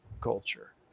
culture